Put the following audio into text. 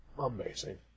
Amazing